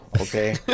Okay